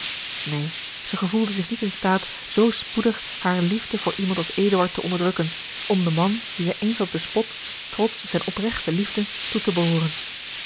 zij gevoelde zich niet in staat zoo spoedig hare liefde voor iemand als eduard te onderdrukken om den man dien zij eens had bespot trots zijne opregte liefde toe te behooren